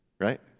Right